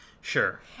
Sure